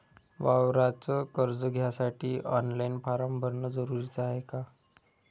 वावराच कर्ज घ्यासाठी ऑनलाईन फारम भरन जरुरीच हाय का?